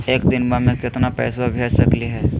एक दिनवा मे केतना पैसवा भेज सकली हे?